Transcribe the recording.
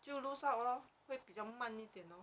就 lose out lor 会比较慢一点 lor